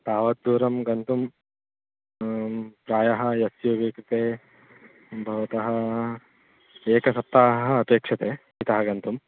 तावत् दूरं गन्तुं प्रायः एस् यु वि कृते भवतः एकसप्ताहः अपेक्षते इतः गन्तुम्